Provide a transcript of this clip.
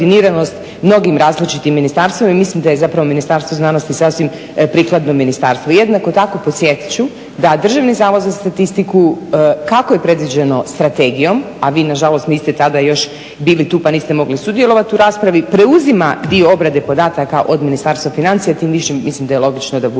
mnogim različitim ministarstvima i mislim da je zapravo Ministarstvo znanosti sasvim prikladno ministarstvo. Jednako tako podsjetit ću da Državni zavod za statistiku kako je predviđeno strategijom, a vi nažalost niste tada još bili tu pa niste mogli sudjelovati u raspravi, preuzima dio obrade podataka od Ministarstva financija i tim više mislim da je logično da bude